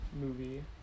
movie